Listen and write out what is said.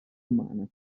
umana